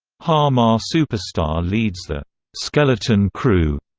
har mar superstar leads the skeleton crew,